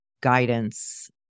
guidance